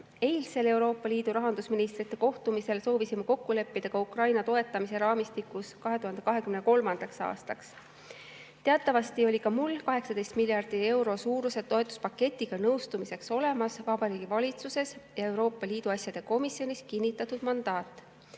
Eilsel Euroopa Liidu rahandusministrite kohtumisel soovisime kokku leppida ka Ukraina toetamise raamistikus 2023. aastaks. Teatavasti oli ka mul 18 miljardi euro suuruse toetuspaketiga nõustumiseks olemas Vabariigi Valitsuses ja Euroopa Liidu asjade komisjonis kinnitatud mandaat.